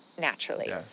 naturally